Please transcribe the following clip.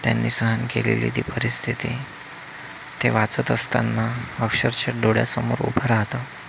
त्यांनी सहन केलेली ती परिस्थिती ते वाचत असताना अक्षरशः डोळ्यासमोर उभं राहतं